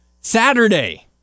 Saturday